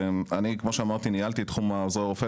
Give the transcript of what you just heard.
כמו שאמרתי, ניהלתי את תחום עוזרי הרופא.